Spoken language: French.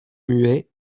muet